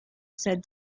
said